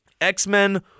X-Men